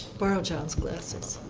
borrow john's glasses.